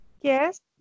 Yes